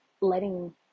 letting